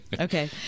Okay